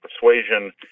persuasion